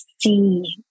see